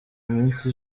minsi